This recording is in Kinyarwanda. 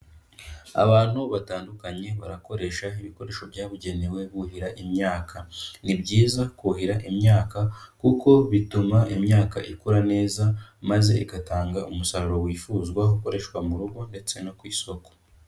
Abantu batandukanye barakoresha ibikoresho byabugenewe buhira imyaka, ni byiza kuhira imyaka kuko bituma imyaka ikura neza, maze igatanga umusaruro wifuzwa ukoreshwa mu rugo ndetse no ku isoko.